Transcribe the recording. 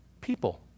people